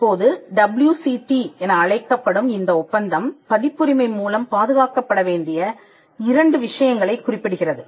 இப்போது WCT என அழைக்கப்படும் இந்த ஒப்பந்தம் பதிப்புரிமை மூலம் பாதுகாக்கப்பட வேண்டிய இரண்டு விஷயங்களைக் குறிப்பிடுகிறது